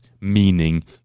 meaning